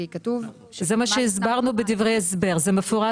כי כתוב -- זה מה שהסברנו בדברי הסבר זה מפורט.